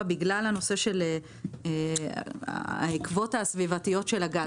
בגלל הנושא של העקבות הסביבתיות של הגז?